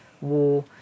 war